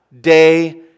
day